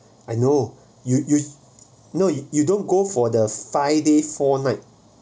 I know you you no you you don't go for the five day four night